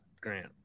Grant